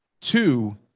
Two